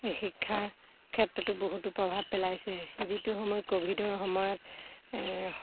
শিক্ষাৰ ক্ষেত্ৰতো বহুতো প্ৰভাৱ পেলাইছে যিটো সময় ক'ভিডৰ সময়ত